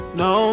no